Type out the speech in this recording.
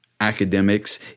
academics